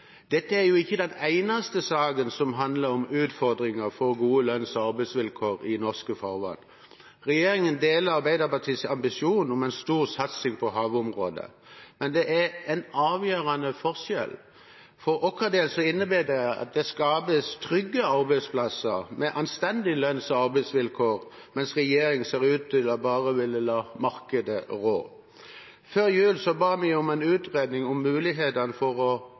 Dette er jo ikke den eneste saken som handler om utfordringer for gode lønns- og arbeidsvilkår i norske farvann. Regjeringen deler Arbeiderpartiets ambisjon om en stor satsing på havområder, men det er en avgjørende forskjell. For vår del innebærer det at det skapes trygge arbeidsplasser med anstendige lønns- og arbeidsvilkår, mens regjeringen ser ut til bare å ville la markedet råde. Før jul ba vi om en utredning om mulighetene for